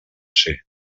ser